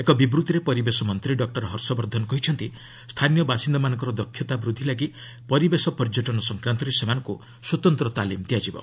ଏକ ବିବୃତ୍ତିରେ ପରିବେଶ ମନ୍ତ୍ରୀ ଡକ୍କର ହର୍ଷବର୍ଦ୍ଧନ କହିଛନ୍ତି ସ୍ଥାନୀୟ ବାସିନ୍ଦାମାନଙ୍କର ଦକ୍ଷତା ବୃଦ୍ଧି ଲାଗି ପରିବେଷ ପର୍ଯ୍ୟଟନ ସଂକ୍ରାନ୍ତରେ ସେମାନଙ୍କୁ ସ୍ୱତନ୍ତ୍ର ତାଲିମ୍ ଦିଆଯିବ